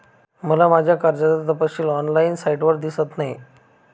मला माझ्या कर्जाचा तपशील ऑनलाइन साइटवर दिसत नाही